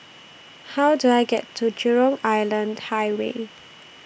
How Do I get to Jurong Island Highway